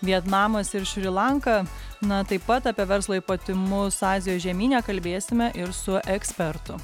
vietnamas ir šri lanka na taip pat apie verslo ypatumus azijos žemyne kalbėsime ir su ekspertu